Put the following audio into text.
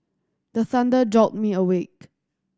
the thunder jolt me awake